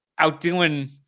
outdoing